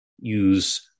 use